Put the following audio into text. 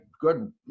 good